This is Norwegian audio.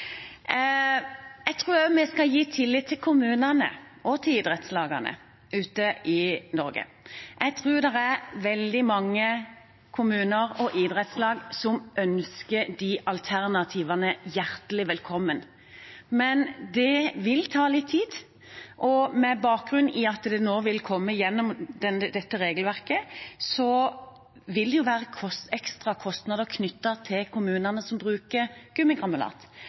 Jeg tror vi skal gi tillit til kommunene og til idrettslagene i Norge. Jeg tror det er veldig mange kommuner og idrettslag som ønsker de alternativene hjertelig velkommen, men det vil ta litt tid. Med bakgrunn i at det nå vil komme gjennom dette regelverket, vil det være ekstra kostnader for kommunene som bruker